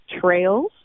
trails